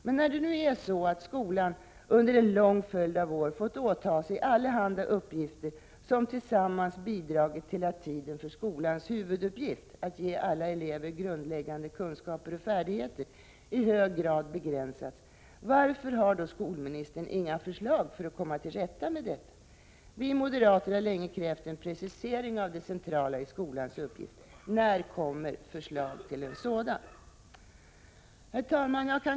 Men när det nu är så att skolan under en lång följd av år fått åta sig allehanda uppgifter som tillsammans bidragit till att tiden för skolans huvuduppgift — att ge alla elever grundläggande kunskaper och färdigheter — i hög grad begränsats, varför har då skolministern inga förslag för att komma till rätta med detta? Vi moderater har länge krävt en precisering av det centrala i skolans uppgift. När kommer förslag till en sådan? Herr talman!